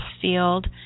field